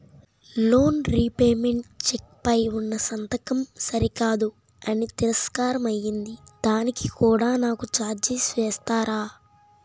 Loan repayment cheque పై ఉన్నా సంతకం సరికాదు అని తిరస్కారం అయ్యింది దానికి కూడా నాకు ఛార్జీలు వేస్తారా?